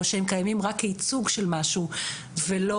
או שהם קיימים רק כייצוג של משהו ולא